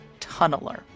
Tunneler